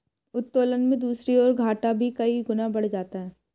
उत्तोलन में दूसरी ओर, घाटा भी कई गुना बढ़ जाता है